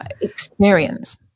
experience